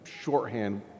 shorthand